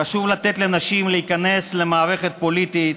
חשוב לתת לנשים להיכנס למערכת הפוליטית,